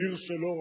העיר שלו,